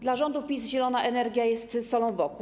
Dla rządu PiS zielona energia jest solą w oku.